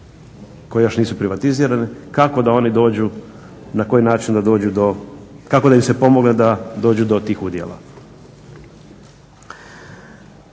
koji način dođu kako da im se pomogne da dođu do tih udjela.